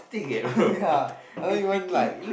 ya I don't even like